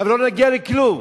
אבל לא נגיע לכלום.